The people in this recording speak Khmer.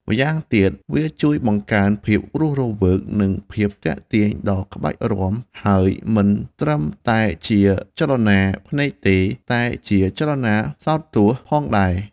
ម្យ៉ាងវិញទៀតវាជួយបង្កើនភាពរស់រវើកនិងភាពទាក់ទាញ ដល់ក្បាច់រាំហើយមិនត្រឹមតែជាចលនាភ្នែកទេ តែជាចលនាសោតទស្សន៍ផងដែរ។